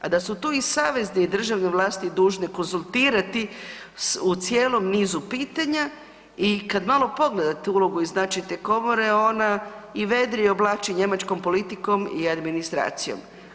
A da su tu i savezne i državne vlasti dužne konzultirati u cijelom nizu pitanja i kad malo pogledate ulogu i značaj te komore, ona i vedrije oblači njemačkom politikom i administracijom.